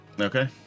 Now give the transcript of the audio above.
Okay